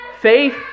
Faith